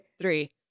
three